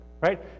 Right